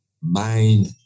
mind